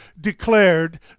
declared